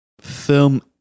Film